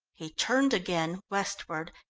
he turned again westward,